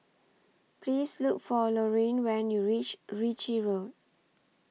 Please Look For Lorine when YOU REACH REACH Ritchie Road